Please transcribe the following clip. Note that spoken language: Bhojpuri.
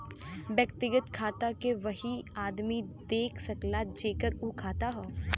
व्यक्तिगत खाता के वही आदमी देख सकला जेकर उ खाता हौ